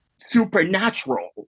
supernatural